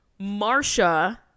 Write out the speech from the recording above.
Marsha